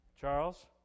Charles